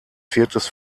viertes